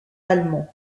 allemand